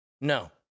no